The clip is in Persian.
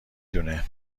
دونه